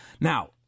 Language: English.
now